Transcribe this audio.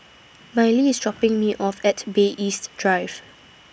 Miley IS dropping Me off At Bay East Drive